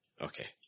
Okay